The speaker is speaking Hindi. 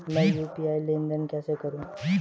मैं यू.पी.आई लेनदेन कैसे करूँ?